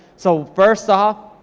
so first off,